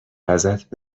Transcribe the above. ازت